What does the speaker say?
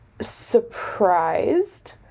surprised